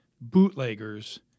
bootleggers